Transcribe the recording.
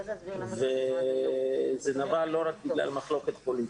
הייתה מחלוקת פוליטית,